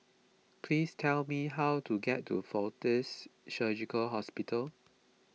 please tell me how to get to fortis Surgical Hospital